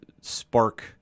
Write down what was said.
spark